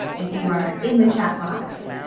if you are in the chat box